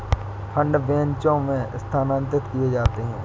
fund बैचों में स्थानांतरित किए जाते हैं